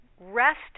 rest